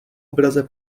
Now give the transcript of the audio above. obraze